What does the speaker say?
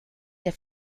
der